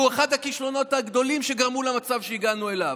שהוא אחד הכישלונות הגדולים שגרמו למצב שהגענו אליו.